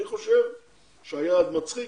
אני חושב שהיעד מצחיק